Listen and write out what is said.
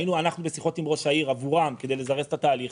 היינו אנחנו בשיחות עם ראש העיר עבורם כדי לזרז את התהליך.